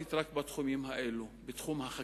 בעייתית לא רק בתחומים האלו, בתחום החקיקה